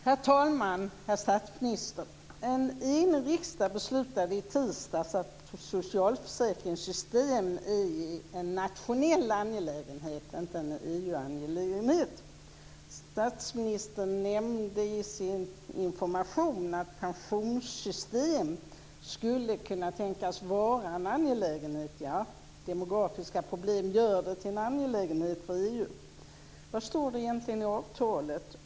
Herr talman! Herr statsminister! En enig riksdag beslutade i tisdags att socialförsäkringssystemen är en nationell angelägenhet, inte en EU-angelägenhet. Statsministern nämnde i sin information att pensionssystem skulle kunna tänkas vara en angelägenhet. Demografiska problem gör det till en angelägenhet för EU. Vad står det egentligen i avtalet?